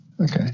Okay